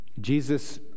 Jesus